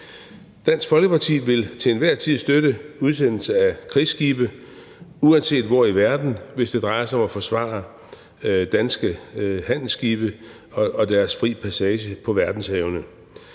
Dansk Folkeparti vil til enhver tid støtte udsendelse af krigsskibe, uanset hvor i verden det er, hvis det drejer sig om at forsvare danske handelsskibe og deres fri passage på verdenshavene.